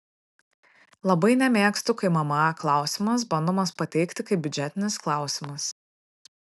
labai nemėgstu kai mma klausimas bandomas pateikti kaip biudžetinis klausimas